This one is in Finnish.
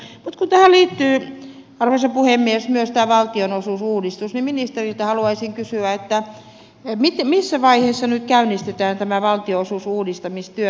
mutta kun tähän liittyy arvoisa puhemies myös tämä valtionosuusuudistus niin ministeriltä haluaisin kysyä missä vaiheessa nyt käynnistetään tämä valtionosuusuudistamistyö